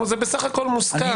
זה בסך הכול מוסכם.